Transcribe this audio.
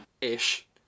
ish